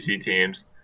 teams